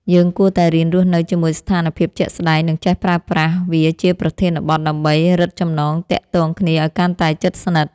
យើងគួរតែរៀនរស់នៅជាមួយស្ថានភាពជាក់ស្តែងនិងចេះប្រើប្រាស់វាជាប្រធានបទដើម្បីរឹតចំណងទាក់ទងគ្នាឱ្យកាន់តែជិតស្និទ្ធ។